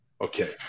Okay